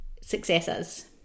successes